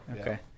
Okay